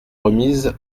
remise